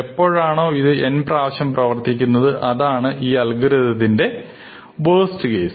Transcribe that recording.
എപ്പോഴാണോ ഇത് n പ്രാവശ്യം പ്രവർത്തിക്കുന്നത് അതാണ് ഈ അൽഗോരിതത്തിന്റെ വേർസ്റ്റ് കേസ്